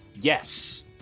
Yes